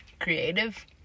creative